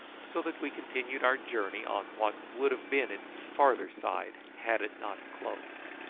so that we continued our journey on what would have been its farther side had it not closed.